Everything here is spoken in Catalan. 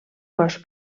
cos